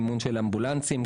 מימון אמבולנסים,